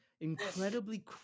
Incredibly